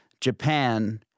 Japan